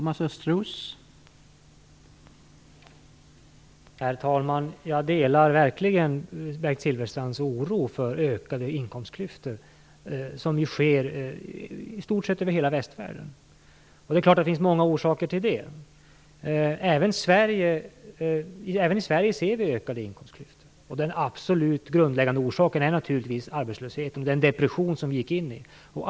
Herr talman! Jag delar verkligen Bengt Silfverstrands oro för att inkomstklyftorna ökar, något som sker i stort sett över hela västvärlden. Det finns många orsaker till det. Även i Sverige ser vi ökade inkomstklyftor, och de absolut mest grundläggande orsakerna är naturligtvis arbetslösheten och den depression som vi gick in i.